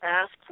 ask